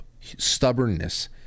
stubbornness